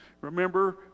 Remember